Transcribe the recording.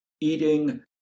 eating